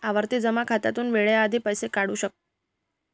आवर्ती जमा खात्यातून वेळेआधी कसे पैसे काढू?